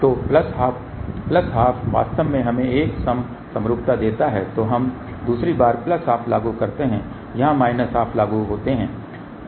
तो plus half plus half वास्तव में हमें एक सम समरूपता देता है तो हम दूसरी बार प्लस हाफ लागू करते हैं यहां माइनस हाफ लागू होते हैं